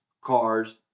Cars